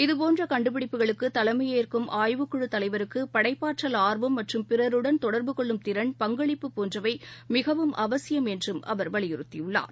இதுபோன்றகண்டுபிடிப்புகளுக்குதலைமையேற்கும் தலைவருக்குபடைப்பாற்றல் ஆர்வம் மற்றும் பிறருடன் தொடர்பு கொள்ளும் திறன் பங்களிப்பு போன்றவைமிகவும் அவசியம் என்றும் அவர் வலியுறுத்தியுள்ளார்